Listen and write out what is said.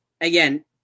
Again